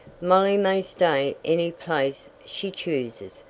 molly may stay any place she chooses.